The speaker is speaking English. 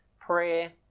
prayer